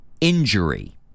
Injury